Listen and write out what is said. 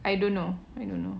I don't know I don't know